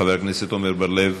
חבר הכנסת עמר בר-לב,